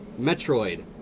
Metroid